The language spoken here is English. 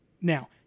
Now